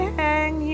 hang